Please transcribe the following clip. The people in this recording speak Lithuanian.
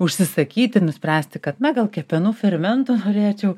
užsisakyti nuspręsti kad na gal kepenų fermento norėčiau